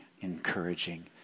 encouraging